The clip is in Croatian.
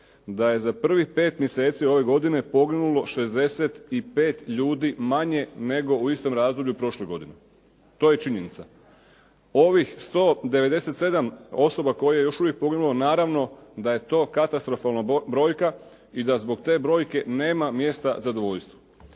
da je za prvih pet mjeseci ove godine poginulo 65 ljudi manje nego u istom razdoblju prošle godine. To je činjenica. Ovih 197 osoba koje je još uvijek poginulo naravno da je to katastrofalna brojka i da zbog te brojke nema mjesta zadovoljstvu.